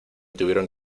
tuvieron